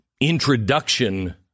introduction